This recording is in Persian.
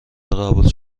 قبول